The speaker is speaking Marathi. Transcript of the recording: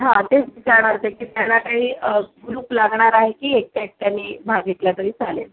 हां तेच विचारणार होते की त्यांना काही ग्रुप लागणार आहे की एकट्या एकट्याने भाग घेतला तरी चालेल